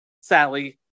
Sally